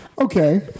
Okay